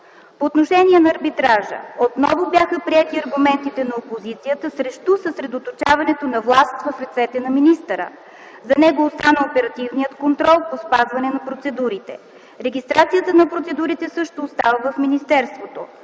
По отношение на арбитража. Отново бяха приети аргументите на опозицията срещу съсредоточаването на власт в ръцете на министъра. За него остана оперативният контрол по спазване на процедурите. Регистрацията на процедурите също остава в министерството.